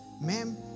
Ma'am